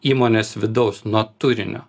įmonės vidaus nuo turinio